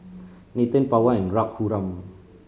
Nathan Pawan and Raghuram